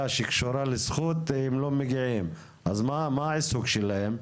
שקשורה לזכות הם לא מגיעים אז מה העיסוק שלהם?